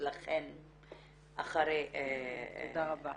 אחרי המשרד.